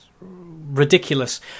ridiculous